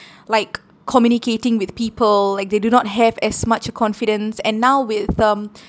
like communicating with people like they do not have as much confidence and now with um